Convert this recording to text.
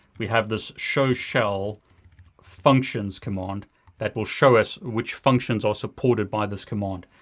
we have this show shell functions command that will show us which functions are supported by this command.